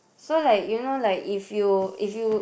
so like you know like if you if you